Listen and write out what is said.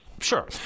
Sure